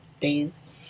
days